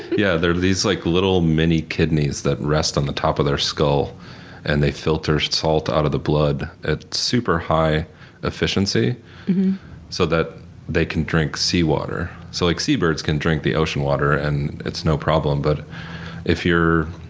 yeah they're like little mini kidneys that rest on the top of their skull and they filter salt out of the blood at super high efficiency so that they can drink seawater. so like seabirds can drink the ocean water and it's no problem. but if you're